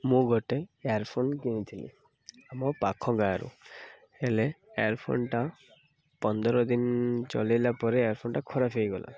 ମୁଁ ଗୋଟେ earphone କିଣିଥିଲି ଆମ ପାଖ ଗାଁରୁ ହେଲେ ଇୟର୍ ଫୋନ୍ଟା ପନ୍ଦର ଦିନ ଚଲେଇଲା ପରେ ଇୟର୍ ଫୋନ୍ଟା ଖରାପ ହୋଇଗଲା